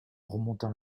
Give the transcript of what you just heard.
remontant